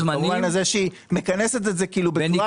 במובן הזה שהיא מכנסת את זה בנפרד.